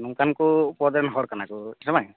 ᱱᱚᱝᱠᱟ ᱠᱚ ᱯᱚᱫ ᱨᱮᱱ ᱦᱚᱲ ᱠᱟᱱᱟ ᱠᱚ ᱦᱮᱸ ᱥᱮ ᱵᱟᱝ